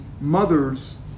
mothers